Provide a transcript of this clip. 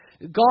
God